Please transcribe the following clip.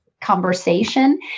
conversation